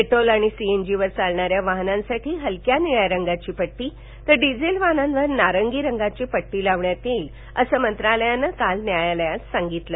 petrol आणि सीएनजीवर चालणाऱ्या वाहनांसाठी हलक्या निळ्या रंगाची पट्टी तर डिझेल वाहनांवर नारंगी रंगाची पट्टी लावण्यात येईल असं मंत्रालयानं काल न्यायालयात सांगितलं